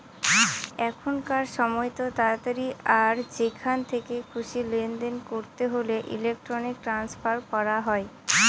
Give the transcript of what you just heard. এখনকার সময়তো তাড়াতাড়ি আর যেখান থেকে খুশি লেনদেন করতে হলে ইলেক্ট্রনিক ট্রান্সফার করা হয়